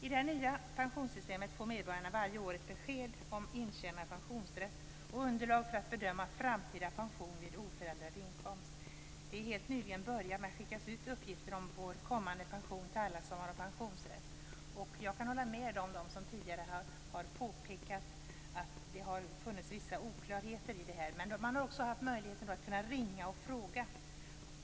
I det nya pensionssystemet får medborgarna varje år ett besked om intjänad pensionsrätt och underlag för att bedöma framtida pension vid oförändrad inkomst. Det har helt nyligen börjat att skickas ut uppgifter om vår kommande pension till alla som har pensionsrätt. Jag kan hålla med dem som tidigare här påpekat att det funnits vissa oklarheter. Men det har funnits möjlighet att ringa och fråga.